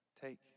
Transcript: Take